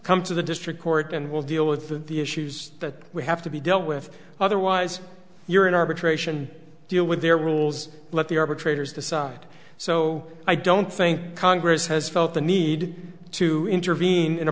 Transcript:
come to the district court and we'll deal with the issues that we have to be dealt with otherwise you're in arbitration deal with their rules let the arbitrator's decide so i don't think congress has felt the need to intervene in a